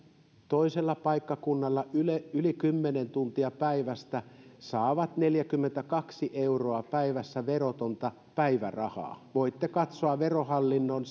toisella paikkakunnalla yli kymmenen tuntia päivästä saavat neljäkymmentäkaksi euroa päivässä verotonta päivärahaa voitte katsoa verohallinnon